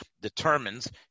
determines